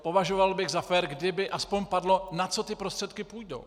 Považoval bych za fér, kdyby aspoň padlo, na co ty prostředky půjdou.